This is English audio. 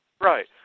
Right